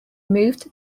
moved